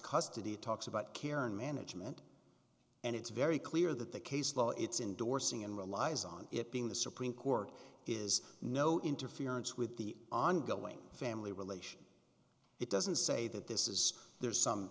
custody talks about care and management and it's very clear that the case law it's indorsing and relies on it being the supreme court is no interference with the ongoing family relation it doesn't say that this is there's some